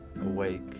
awake